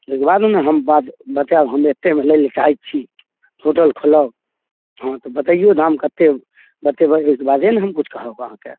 ओहिके बाद ने हम बाद बताएब जे हम एतेकमे लैलए चाहै छी होटल खोलब हँ तऽ बतैऔ दाम कतेक बतेबै ओहिके बादे ने हम किछु कहब अहाँके